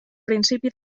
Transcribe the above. principi